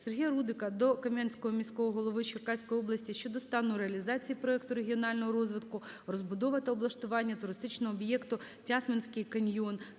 Сергія Рудика до Кам'янського міського голови Черкаської області щодо стану реалізації проекту регіонального розвитку "Розбудова та облаштування туристичного об'єкту "Тясминський каньйон"